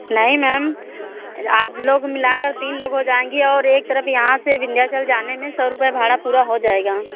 नहीं मैम आप लोग मिलाकर तीन लोग हो जाएँगी और एक तरफ़ यहाँ से विन्ध्याचल जाने में सौ रुपए भाड़ा पूरा हो जाएगा